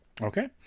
Okay